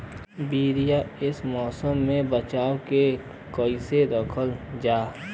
बीया ए मौसम में बचा के कइसे रखल जा?